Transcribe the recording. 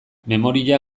memoria